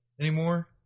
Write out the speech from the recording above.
anymore